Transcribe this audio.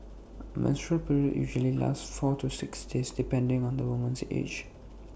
A menstrual period usually lasts four to six days depending on the woman's age